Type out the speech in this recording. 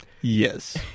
yes